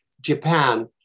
Japan